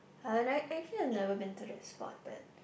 I don't know actually he never been to the spot that